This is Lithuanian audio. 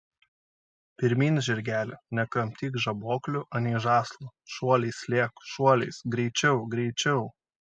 pirmyn žirgeli nekramtyk žaboklių anei žąslų šuoliais lėk šuoliais greičiau greičiau